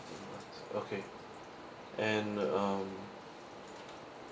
okay and um